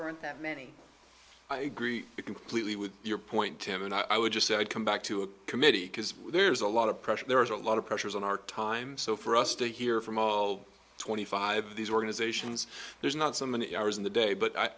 aren't that many i agree completely with your point tim and i would just say i'd come back to a committee because there's a lot of pressure there was a lot of pressures on our time so for us to hear from twenty five of these organizations there's not so many hours in the day but i